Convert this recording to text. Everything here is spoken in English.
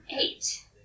Eight